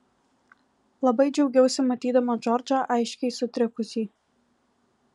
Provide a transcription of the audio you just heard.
labai džiaugiausi matydama džordžą aiškiai sutrikusį